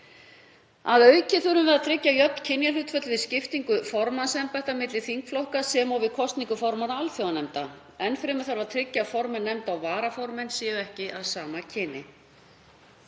Að auki þurfum við að tryggja jöfn kynjahlutföll við skiptingu formannsembætta milli þingflokka sem og við kosningu formanna alþjóðanefnda. Enn fremur þarf að tryggja að formenn nefnda og varaformenn séu ekki af sama kyni.